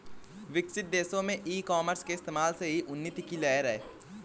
विकसित देशों में ई कॉमर्स के इस्तेमाल से ही उन्नति की लहर है